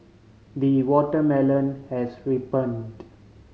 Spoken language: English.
the watermelon has ripened